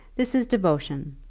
this is devotion,